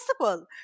possible